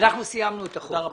אנחנו סיימנו את החוק.